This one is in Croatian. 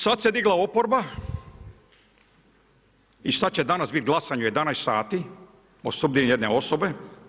Sad se digla oporba i sad će danas biti glasanje u 11 sati o sudbini jedne osobe.